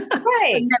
right